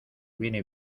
viene